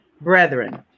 brethren